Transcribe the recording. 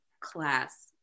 class